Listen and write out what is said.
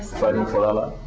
fighting for allah?